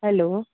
hello